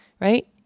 right